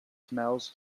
smells